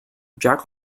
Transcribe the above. jack